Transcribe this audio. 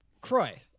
Croy